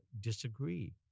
disagree